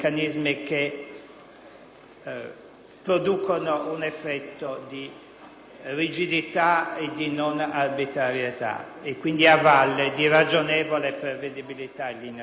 producono un effetto di rigidità e di non arbitrarietà e quindi, a valle, di ragionevole prevedibilità in linea di massima.